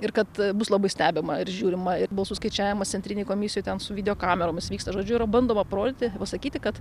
ir kad bus labai stebima ir žiūrima ir balsų skaičiavimo centrinėj komisijoj ten su videokameromis vyksta žodžiu yra bandoma parodyti pasakyti kad